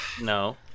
no